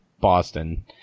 Boston